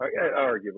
arguably